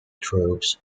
troops